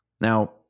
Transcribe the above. Now